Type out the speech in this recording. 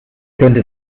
könnte